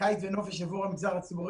היא צריכה להיות עיר ליברלית,